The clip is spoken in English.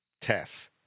test